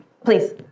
Please